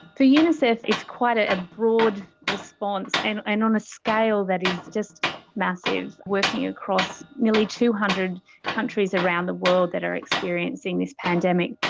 for unicef, it's quite a broad response, and and on a scale that is just massive, working across nearly two hundred countries around the world that are experiencing this pandemic.